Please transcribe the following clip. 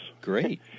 great